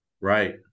Right